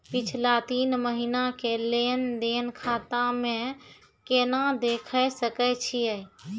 पिछला तीन महिना के लेंन देंन खाता मे केना देखे सकय छियै?